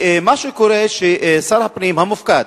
מה שקורה הוא ששר הפנים המופקד,